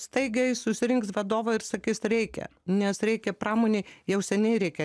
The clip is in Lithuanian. staigiai susirinks vadovai ir sakys reikia nes reikia pramonei jau seniai reikia